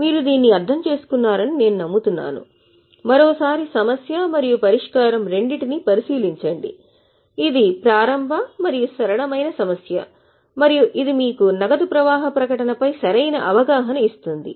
మీరు దీన్ని అర్థం చేసుకున్నారని నేను నమ్ముతున్నాను మరోసారి సమస్య మరియు పరిష్కారం రెండింటినీ పరిశీలించండి ఇది ప్రారంభ మరియు సరళమైన సమస్య మరియు ఇది మీకు నగదు ప్రవాహ ప్రకటనపై సరైన అవగాహన ఇస్తుంది